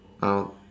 ah